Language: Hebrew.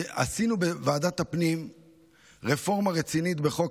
עשינו בוועדת הפנים רפורמה רצינית בחוק